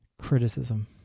criticism